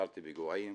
עצרתי פיגועים,